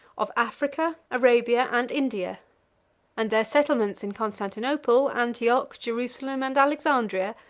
of africa, arabia, and india and their settlements in constantinople, antioch, jerusalem, and alexandria,